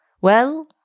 Well